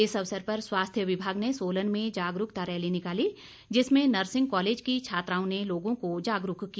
इस अवसर पर स्वास्थ्य विभाग ने सोलन में जागरूकता रैली निकाली जिसमें नर्सिंग कॉलेज की छात्राओं ने लोगों को जागरूक किया